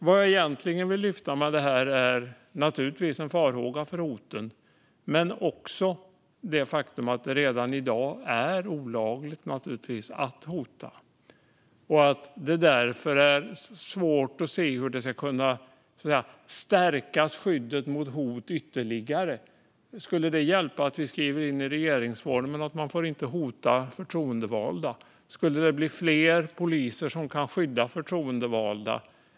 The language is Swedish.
Vad jag egentligen vill lyfta fram med det här är naturligtvis en farhåga för hoten men också det faktum att det redan i dag är olagligt att hota. Därför är det svårt att se hur vi ska kunna stärka skyddet mot hot ytterligare. Skulle det hjälpa att vi skriver in i regeringsformen att man inte får hota förtroendevalda? Skulle det bli fler poliser som kan skydda förtroendevalda då?